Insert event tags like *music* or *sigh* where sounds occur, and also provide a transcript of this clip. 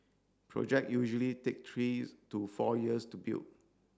project usually take three *unintelligible* to four years to build